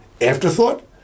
afterthought